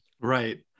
Right